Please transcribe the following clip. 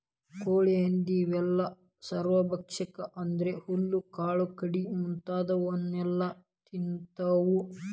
ಕೋಳಿ ಹಂದಿ ಇವೆಲ್ಲ ಸರ್ವಭಕ್ಷಕ ಅಂದ್ರ ಹುಲ್ಲು ಕಾಳು ಕಡಿ ಮುಂತಾದವನ್ನೆಲ ತಿಂತಾವ